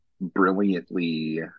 brilliantly